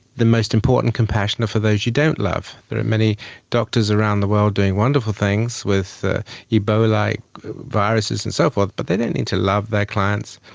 the most important compassion are for those you don't love. there are many doctors around the world doing wonderful things with ebola like viruses and so forth, but they don't need to love their clients.